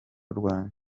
rwanjye